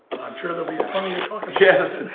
i'm sure that we're planning to talk